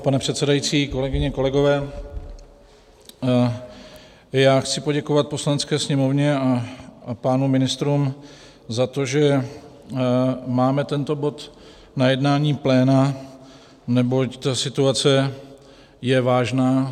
Pane předsedající, kolegyně, kolegové, já chci poděkovat Poslanecké sněmovně a pánům ministrům za to, že máme tento bod na jednání pléna, neboť ta situace je vážná.